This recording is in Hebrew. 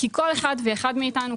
כל אחד ואחד מאיתנו,